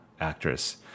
actress